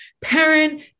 parent